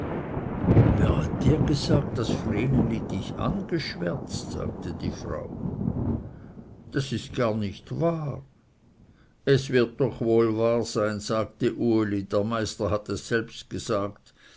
wer hat dir gesagt daß vreneli dich angeschwärzt sagte die frau das ist gar nicht wahr es wird doch wohl wahr sein sagte uli der meister hat es selbst gesagt